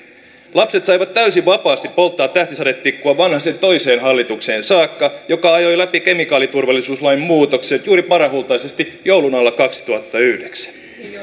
lapset saivat täysin vapaasti polttaa tähtisadetikkua vanhasen toiseen hallitukseen saakka joka ajoi läpi kemikaaliturvallisuuslain muutokset juuri parahultaisesti joulun alla kaksituhattayhdeksän